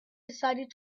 decided